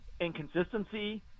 inconsistency